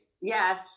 Yes